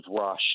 rush